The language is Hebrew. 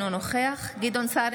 אינו נוכח גדעון סער,